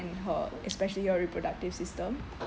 her especially your reproductive system